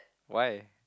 why